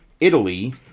Italy